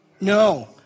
No